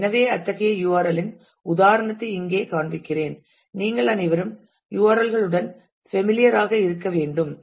எனவே அத்தகைய URL இன் உதாரணத்தை இங்கே காண்பிக்கிறேன் நீங்கள் அனைவரும் URL களுடன் ஃபேமிலியர் ஆக இருக்க வேண்டும்